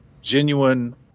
genuine